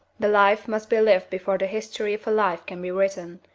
the life must be lived before the history of a life can be written,